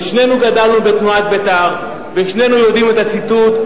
שנינו גדלנו בתנועת בית"ר ושנינו יודעים את הציטוט: